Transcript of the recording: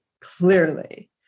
clearly